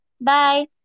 Bye